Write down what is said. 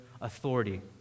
authority